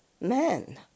men